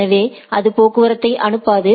எனவே அது போக்குவரத்தை அனுப்பாது